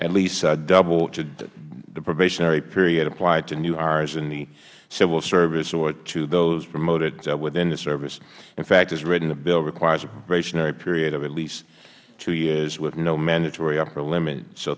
at least to double the probationary period applied to new hires in the civil service or to those promoted within the service in fact as written the bill requires a probationary period of at least two years with no mandatory upper limit so